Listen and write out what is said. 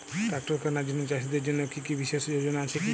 Tractor কেনার জন্য চাষীদের জন্য কী কিছু বিশেষ যোজনা আছে কি?